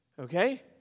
Okay